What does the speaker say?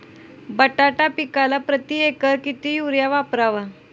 बटाटा पिकाला प्रती एकर किती युरिया वापरावा?